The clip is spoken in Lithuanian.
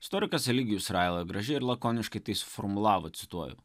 istorikas eligijus raila gražiai ir lakoniškai tai suformulavo cituoju